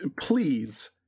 Please